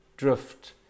Drift